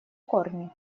корни